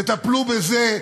תטפלו בזה,